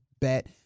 bet